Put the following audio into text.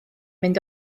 mynd